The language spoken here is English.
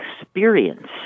experience